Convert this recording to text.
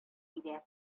бирә